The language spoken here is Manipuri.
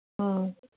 ꯑꯥ